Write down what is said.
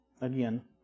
again